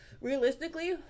realistically